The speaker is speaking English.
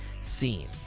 scene